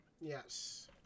Yes